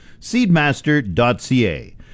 Seedmaster.ca